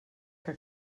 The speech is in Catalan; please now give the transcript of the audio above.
que